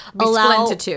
allow